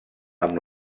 amb